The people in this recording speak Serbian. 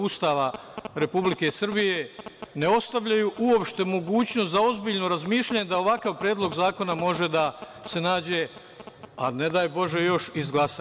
Ustava Republike Srbije, ne ostavljaju uopšte mogućnost za ozbiljno razmišljanje da ovakav predlog zakona može da se nađe, a ne daj Bože još izglasa.